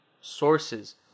sources